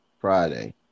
friday